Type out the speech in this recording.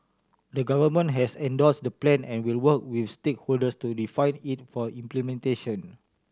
the Government has endorsed the Plan and will work with stakeholders to refine it for implementation